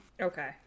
okay